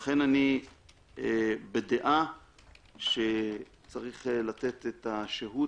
לכן אני בדעה שצריך לתת את השהות.